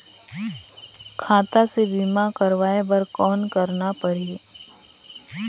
खाता से बीमा करवाय बर कौन करना परही?